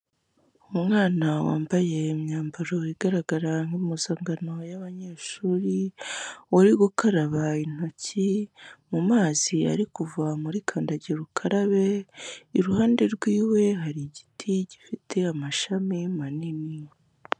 Umwana wambaye imyambaro igaragara nk'impuzangano y'abanyeshuri, uri gukaraba intoki mu mazi ari kuva muri kandagira ukarabe, iruhande rwiwe hari igiti gifite amashami manini.